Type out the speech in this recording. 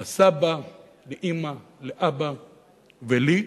לסבא, ואמא, לאבא ולי,